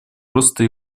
роста